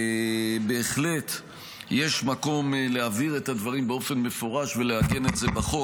בהחלט יש מקום להבהיר את הדברים באופן מפורש ולעגן את זה בחוק.